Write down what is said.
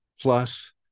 plus